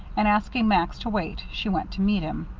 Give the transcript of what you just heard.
and, asking max to wait, she went to meet him.